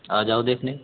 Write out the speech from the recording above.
आ जाओ देखने